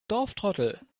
dorftrottel